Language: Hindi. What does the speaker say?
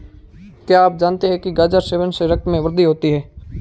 क्या आप जानते है गाजर सेवन से रक्त में वृद्धि होती है?